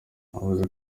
yavuze